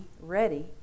ready